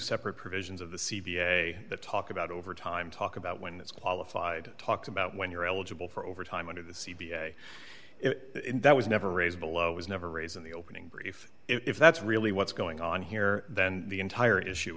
separate provisions of the c p a that talk about over time talk about when it's qualified talked about when you're eligible for overtime under the c b i it was never raised below was never raised in the opening brief if that's really what's going on here then the entire issue